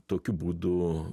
tokiu būdu